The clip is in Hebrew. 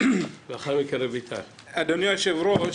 אדוני היושב-ראש,